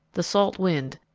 the salt wind,